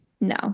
No